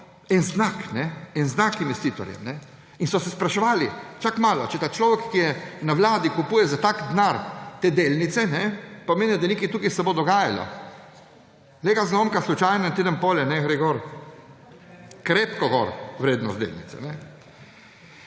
eden znak investitorjem in so se spraševali – čakaj malo, če ta človek, ki je na vladi, kupuje za tak denar te delnice, pomeni, da nekaj tukaj se bo dogajalo. Glej ga zlomka, slučajno en teden potem gre gor, krepko gor vrednost delnice.